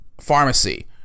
pharmacy